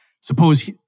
Suppose